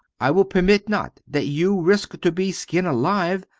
i will permit not that you risk to be skin alive.